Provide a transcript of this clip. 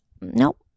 Nope